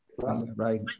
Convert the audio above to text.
right